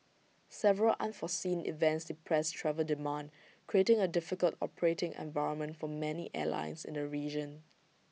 several unforeseen events depressed travel demand creating A difficult operating environment for many airlines in the region